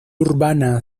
urbana